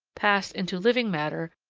passed into living matter,